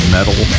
Metal